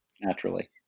naturally